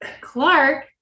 Clark